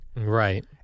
Right